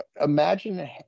imagine